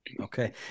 okay